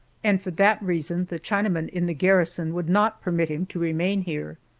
and for that reason the chinamen in the garrison would not permit him to remain here.